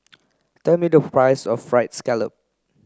tell me the price of fried scallop